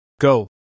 Go